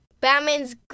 Batman's